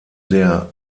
der